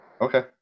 Okay